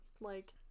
like-